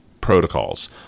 protocols